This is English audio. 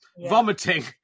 Vomiting